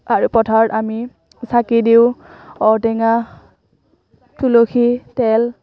আৰু পথাৰত আমি চাকি দিওঁ ঔটেঙা তুলসী তেল